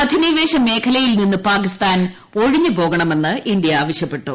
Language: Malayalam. അധിനിവേശ മേഖലയിൽ നിന്ന് പാകിസ്ഥാൻ ഒഴിഞ്ഞുപോകണമെന്ന് ഇന്ത്യ ആവശ്യപ്പെട്ടു